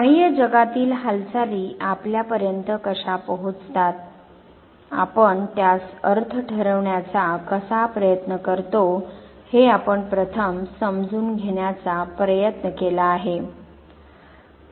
बाह्य जगातील हालचाली आपल्यापर्यंत कशा पोहोचतात आपण त्यास अर्थ ठरवण्याचा कसा प्रयत्न करतो हे आपण प्रथम समजून घेण्याचा प्रयत्न केला आहे